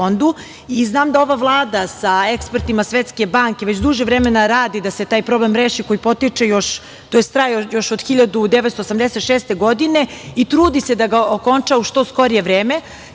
Znam da ova Vlada sa ekspertima Svetske banke već duže vremena radi da se taj problem reši, koji traje još od 1986. godine, i trudi se da ga okonča u što skorije vreme.